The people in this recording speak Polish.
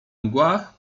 mgłach